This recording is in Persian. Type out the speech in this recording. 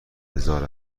هزار